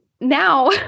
now